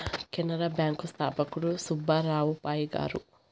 Canara bank స్థాపకుడు సుబ్బారావు పాయ్ గారు